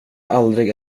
aldrig